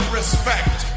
respect